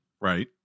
Right